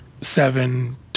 seven